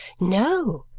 no,